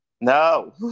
no